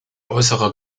äußere